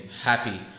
happy